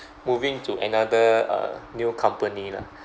moving to another uh new company lah